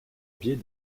biais